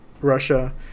Russia